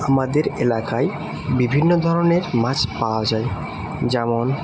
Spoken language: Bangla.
আমাদের এলাকায় বিভিন্ন ধরনের মাছ পাওয়া যায় যেমন